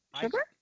Sugar